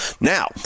now